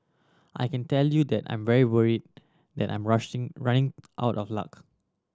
I can tell you that I'm very worried that I'm running out of luck